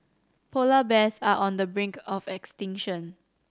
polar bears are on the brink of extinction